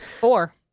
Four